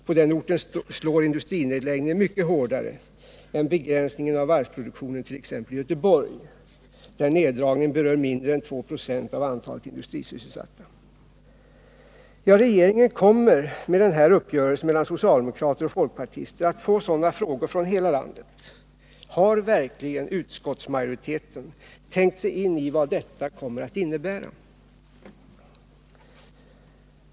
På den orten slår industrinedläggningen mycket hårdare än begränsningen av varvsproduktionen t.ex. i Göteborg, där neddragningen berör mindre än 2 96 av antalet industrisysselsatta. Ja, regeringen kommer med den här uppgörelsen mellan socialdemokrater och folkpartister att få sådana frågor från hela landet. Har verkligen utskottsmajoriteten tänkt sig in i vad detta innebär?